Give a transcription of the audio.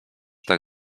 tak